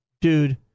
dude